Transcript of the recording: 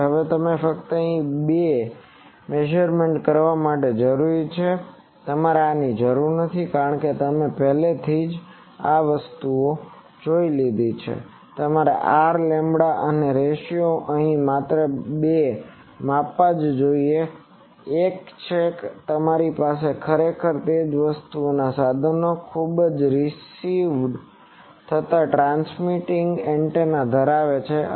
તેથી તમે અહીં ફક્ત બે મેઝરમેન્ટ કરવા માટે જરૂરી છે તમારે આની જરૂર નથી કારણ કે અહીં તમે પહેલાનાં કિસ્સાઓમાં જુઓ છો કે તમારે R લેમ્બડા અને આ રેશિયો અહીં માત્ર બે માપવા જ જોઈએ એક છે કે તમારી પાસે ખરેખર તે જ વસ્તુનાં સાધનો છે જે ખૂબ જ રીસીવ્ડ થતાં ટ્રાન્સમિટિંગ એન્ટેના ધરાવે છે